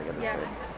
Yes